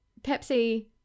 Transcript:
Pepsi